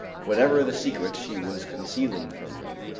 whatever the secret she was concealing from me,